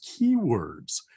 keywords